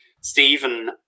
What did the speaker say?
Stephen